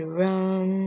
run